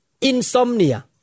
insomnia